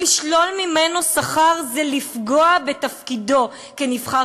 לשלול ממנו שכר זה לפגוע בתפקידו כנבחר